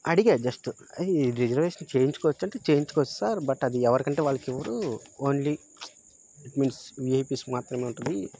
అడిగా జస్ట్ ఈ రిజర్వేషన్ చేయించుకోవచ్చంటే చేయించుకోవచ్చు సార్ బట్ అది ఎవరికంటే వాళ్ళకి ఇవ్వరూ only it means VIPs మాత్రమే ఉంటుంది